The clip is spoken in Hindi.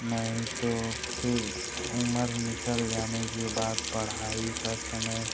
नहीं तो फिर उम्र निकल जाने के बाद पढ़ाई का समय